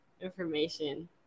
information